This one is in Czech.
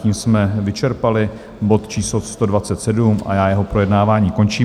Tím jsme vyčerpali bod č. 127 a já jeho projednávání končím.